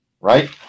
right